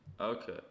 Okay